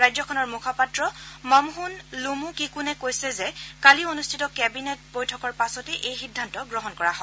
ৰাজ্যখনৰ মুখপাত্ৰ মম্হোন লুমো কিকোনে কৈছে যে কালি অনুষ্ঠিত কেবিনেট বৈঠকৰ পাছতে এই সিদ্ধান্ত গ্ৰহণ কৰা হয়